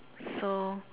so